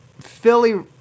Philly